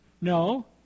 no